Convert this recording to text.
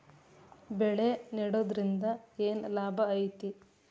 ಬೆಳೆ ನೆಡುದ್ರಿಂದ ಏನ್ ಲಾಭ ಐತಿ?